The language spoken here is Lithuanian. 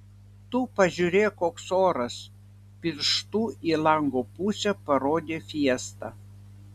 tu pažiūrėk koks oras pirštu į lango pusę parodė fiesta